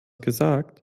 gesagt